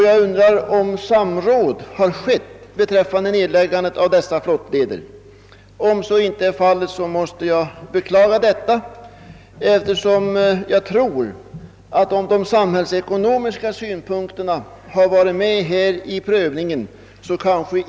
Jag undrar om samråd har skett beträffande nedläggningen av dessa flottleder. Om så inte är fallet beklagar jag detta, då jag tror att nedläggningen inte skulle ha skett så snabbt, om samhällsekonomiska synpunkter funnits med vid bedömningen.